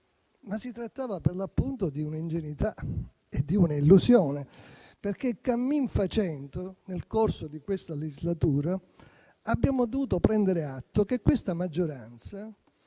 Ma si trattava, per l'appunto, di un'ingenuità e di un'illusione, perché, cammin facendo, nel corso di questa legislatura, abbiamo dovuto prendere atto che questa maggioranza,